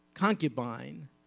concubine